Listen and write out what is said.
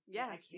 yes